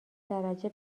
درجه